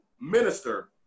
minister